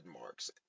marks